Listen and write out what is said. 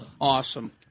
Awesome